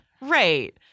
Right